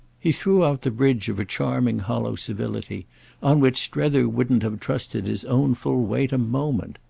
he threw out the bridge of a charming hollow civility on which strether wouldn't have trusted his own full weight a moment.